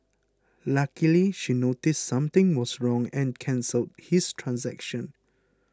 luckily she noticed something was wrong and cancelled his transaction